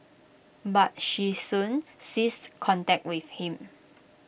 but she soon ceased contact with him